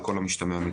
על כל המשתמע מכך.